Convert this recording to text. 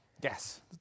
Yes